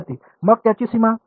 विद्यार्थी मग त्याची सीमा